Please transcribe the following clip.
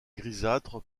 grisâtre